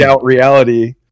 Reality